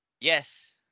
Yes